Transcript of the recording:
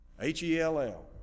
H-E-L-L